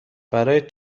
برای